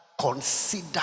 consider